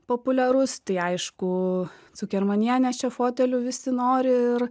populiarus tai aišku cukermanienės čia fotelių visi nori ir